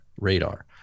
radar